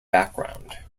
background